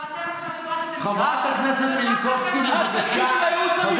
חברת הכנסת מלינובסקי, בבקשה.